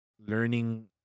learning